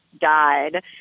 died